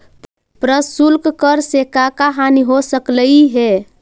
प्रशुल्क कर से का का हानि हो सकलई हे